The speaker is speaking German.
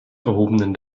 erhobenen